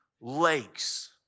lakes